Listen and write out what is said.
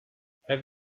have